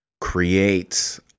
creates